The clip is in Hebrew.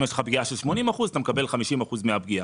אם יש לך פגיעה של 80% אתה מקבל 50% מהפגיעה.